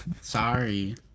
Sorry